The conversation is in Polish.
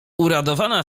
uradowana